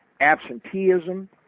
absenteeism